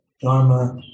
Dharma